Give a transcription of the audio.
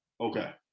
Okay